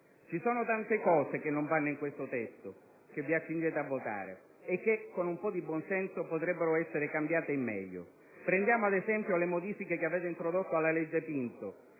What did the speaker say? Ci sono tante cose che non vanno in questo testo che vi accingete a votare e che, con un po' di buon senso, potrebbero essere cambiate in meglio. Prendiamo - ad esempio - le modifiche che avete introdotto alla legge Pinto.